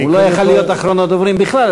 הוא לא יכול להיות אחרון הדוברים בכלל,